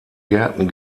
gärten